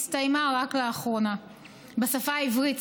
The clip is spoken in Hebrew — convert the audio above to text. בשפה העברית,